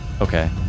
Okay